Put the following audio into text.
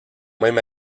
même